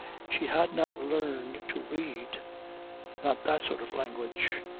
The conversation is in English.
she had not learned to read not that sort of language.